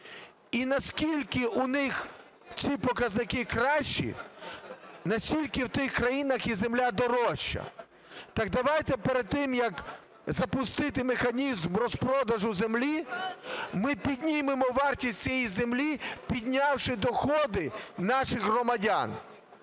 І наскільки у них ці показники кращі, настільки в тих країнах є земля дорожча. Так давайте перед тим, як запустити механізм розпродажу землі, ми піднімемо вартість цієї землі, піднявши доходи наших громадян.